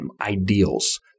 ideals